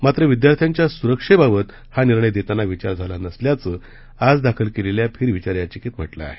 मात्र विद्यार्थ्यांच्या सुरक्षेबाबत हा निर्णय देताना विचार झाला नसल्याचं आज दाखल केलेल्या फेरविचार याचिकेत म्हटलं आहे